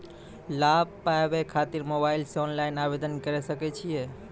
लाभ पाबय खातिर मोबाइल से ऑनलाइन आवेदन करें सकय छियै?